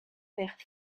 verts